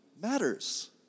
matters